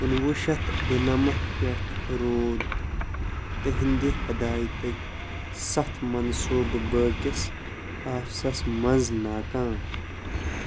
کُنوُہ شیتھ دُنَمتھ پٮ۪ٹھ روٗد تِہٕنٛدِ ہِدایتٕکۍ ستھ منصوٗبہٕ باکِس آفسَس منٛز ناکام